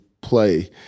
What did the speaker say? play